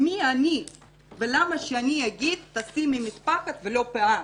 מי אני ולמה שאני אגיד, תשימי מטפחת ולא פאה.